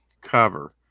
cover